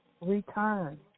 Return